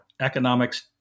economics